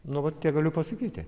nu vat tiek galiu pasakyti